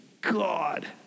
God